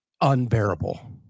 unbearable